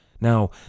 Now